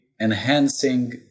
enhancing